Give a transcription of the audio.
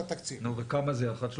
וכמה זה יחד?